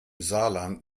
saarland